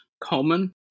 common